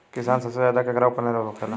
किसान सबसे ज्यादा केकरा ऊपर निर्भर होखेला?